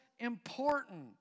Important